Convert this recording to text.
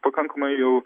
pakankamai jau